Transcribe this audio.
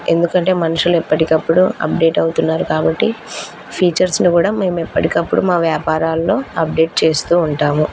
ఎందుకంటే మనుషులు ఎప్పటికప్పుడు అప్డేట్ అవుతున్నారు కాబట్టి ఫీచర్స్ని కూడా మేము ఎప్పటికప్పుడు మా వ్యాపారాల్లో అప్డేట్ చేస్తూ ఉంటాము